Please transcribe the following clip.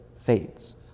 fades